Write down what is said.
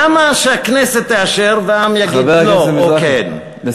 למה שהכנסת תאשר והעם יגיד, לא או כן?